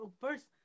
First